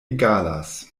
egalas